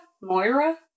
Moira